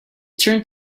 turned